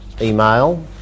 email